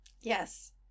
Yes